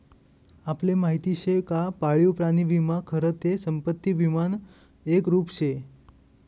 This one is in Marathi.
आपले माहिती शे का पाळीव प्राणी विमा खरं ते संपत्ती विमानं एक रुप शे